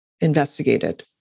investigated